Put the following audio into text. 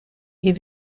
est